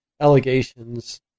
allegations